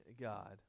God